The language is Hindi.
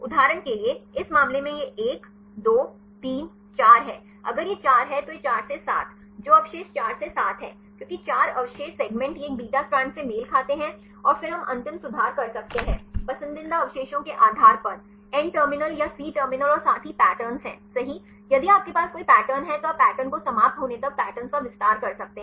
उदाहरण के लिए इस मामले में यह 1 2 3 4 है अगर यह 4 है तो 4 से 7 जो अवशेष 4 से 7 है क्योंकि 4 अवशेष सेगमेंट ये एक बीटा स्ट्रैंड से मेल खाते हैं और फिर हम अंतिम सुधार कर सकते हैं पसंदीदा अवशेषों के आधार पर एन टर्मिनल या सी टर्मिनल और साथ ही पैटर्न हैसही यदि आपके पास कोई पैटर्न है तो आप पैटर्न को समाप्त होने तक पैटर्न का विस्तार कर सकते हैं